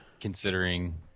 Considering